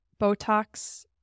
Botox